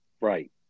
Right